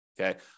Okay